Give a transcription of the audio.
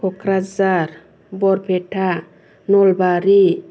Kokrajhar Barpeta Nalbari